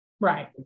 Right